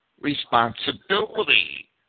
responsibility